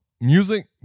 Music